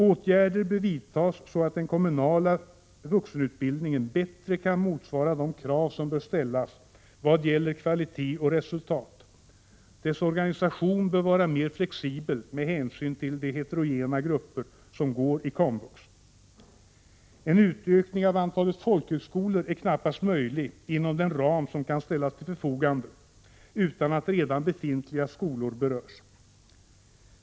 —- Åtgärder bör vidtas så att den kommunala vuxenutbildningen bättre kan motsvara de krav som bör ställas vad gäller kvalitet och resultat. Utbildningens organisation bör vara mer flexibel med hänsyn till de heterogena grupper som går i komvux. = En utökning av antalet folkhögskolor är knappast möjlig inom den ram som kan ställas till förfogande utan att redan befintliga skolor berörs.